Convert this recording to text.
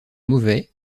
mauvais